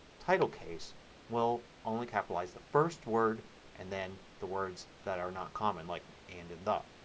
title case will only capitalize the first word and then the words that are not common like and and the.